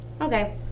Okay